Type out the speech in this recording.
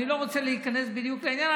אני לא רוצה להיכנס בדיוק לעניין,